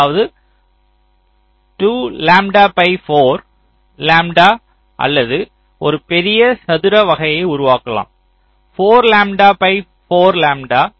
அதாவது 2 lambda by 4 lambda அல்லது ஒரு பெரிய சதுர வகையை உருவாக்கலாம் 4 லாம்ப்டா பை 4 லாம்ப்டா